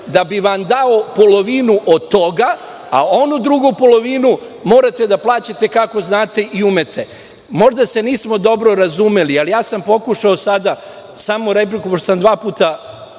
da bim dao polovinu od toga, a onu drugu polovinu morate da plaćate kako znate i umete. Možda se nismo dobro razumeli, ali sam sada pokušao replikom, pošto sam dva puta